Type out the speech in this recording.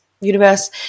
universe